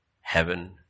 heaven